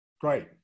Great